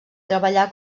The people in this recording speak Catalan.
treballà